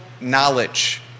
knowledge